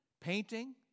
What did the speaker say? Painting